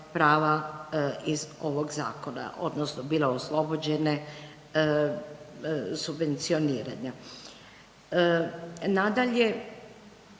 prava iz ovog zakona odnosno bile oslobođene subvencioniranja. Nadalje,